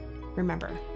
remember